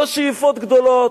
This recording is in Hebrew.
לא שאיפות גדולות,